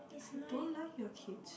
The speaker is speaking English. I don't like your kids